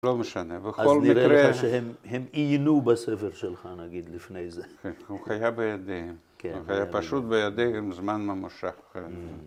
‫לא משנה, בכל מקרה... ‫-אז נראה לך שהם עיינו בספר שלך, ‫נגיד, לפני זה. ‫-כן, הוא חיה בידיהם. ‫הוא חיה פשוט בידיהם ‫זמן ממושך.